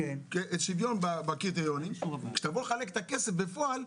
שוויון בקריטריונים וכשתבוא לחלק את הכסף בפועל,